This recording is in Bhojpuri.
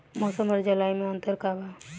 मौसम और जलवायु में का अंतर बा?